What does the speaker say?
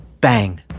Bang